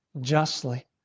justly